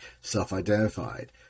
self-identified